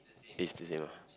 is the same lah